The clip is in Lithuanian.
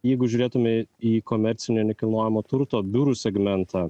jeigu žiūrėtume į komercinio nekilnojamo turto biurų segmentą